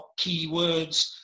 keywords